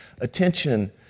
attention